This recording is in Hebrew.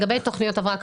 לגבי תכניות הבראה.